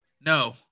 No